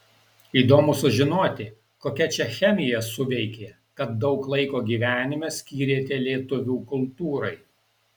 įdomu sužinoti kokia čia chemija suveikė kad daug laiko gyvenime skyrėte lietuvių kultūrai